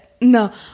no